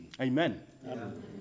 Amen